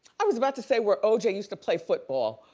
i was about to say we're oj used to play football.